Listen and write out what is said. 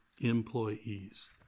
employees